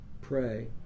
Pray